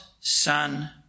son